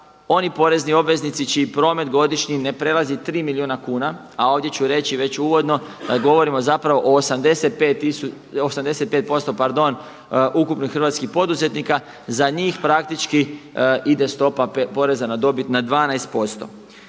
oni porezni obveznici čiji promet godišnji ne prelazi 3 milijuna kuna, a ovdje ću reći već uvodno govorimo zapravo o 85% ukupnih hrvatskih poduzetnika. Za njih praktički ide stopa poreza na dobit na 12%.